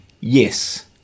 yes